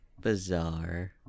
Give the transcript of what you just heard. bizarre